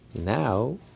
Now